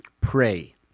Pray